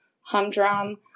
humdrum